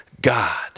God